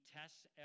tests